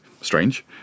strange